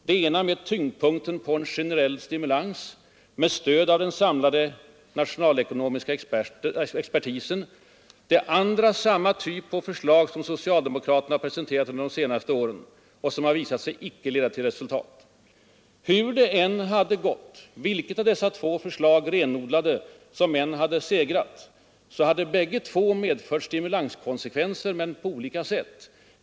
Det ena lade med stöd av den samlade nationalekonomiska expertisen tyngdpunkten på en generell stimulans, det andra innehöll samma typ av åtgärder som socialdemokraterna presenterat under de senaste åren och som har visat sig icke leda till avsett resultat. Men hur det än hade gått, vilket av dessa två förslag som renodlat än hade segrat, hade det medfört stimulanskonsekvenser ehuru med olika styrka.